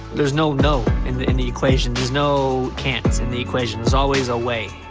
there's no no in the in the equation. there's no can'ts in the equation, there's always a way.